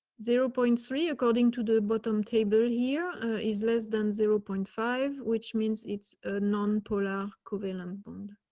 zero point three according to the bottom table here is less than zero point five which means it's a non polar cavaillon bonds.